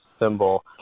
symbol